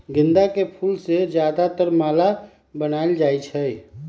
गेंदा के फूल से ज्यादातर माला बनाएल जाई छई